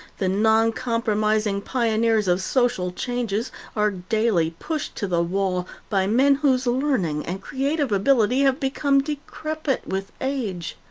the non-compromising pioneers of social changes are daily pushed to the wall by men whose learning and creative ability have become decrepit with age.